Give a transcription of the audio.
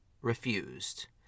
refused